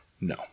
No